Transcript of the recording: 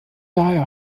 daher